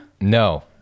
No